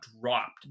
dropped